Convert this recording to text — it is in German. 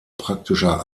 praktischer